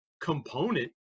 component